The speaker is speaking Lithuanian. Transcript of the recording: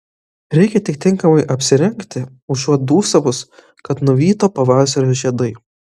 reikia tik tinkamai apsirengti užuot dūsavus kad nuvyto pavasario žiedai